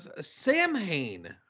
Samhain